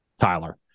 Tyler